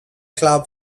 club